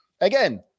again